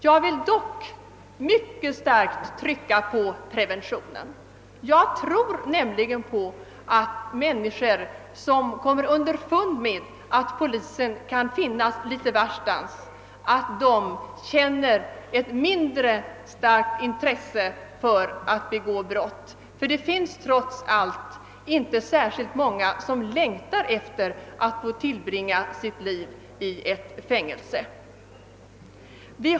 Jag vill dock mycket starkt trycka på preventionen. Jag tror nämligen på att människor, som kommer underfund med att polisen kan finnas litet varstans, känner ett avtagande intresse för att begå brott. Det finns trots allt inte särskilt många som längtar efter att få tillbringa sitt liv i fängelse.